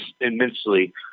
immensely